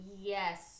yes